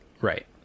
Right